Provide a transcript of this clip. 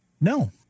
No